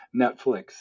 Netflix